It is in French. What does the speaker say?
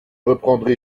reprendrai